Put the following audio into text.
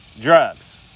drugs